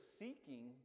seeking